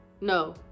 no